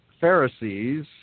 Pharisees